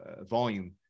volume